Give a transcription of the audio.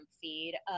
feed